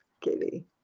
Katie